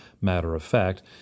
matter-of-fact